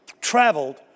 traveled